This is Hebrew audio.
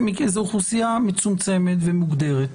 מקרים זו אוכלוסייה מצומצמת ומוגדרת.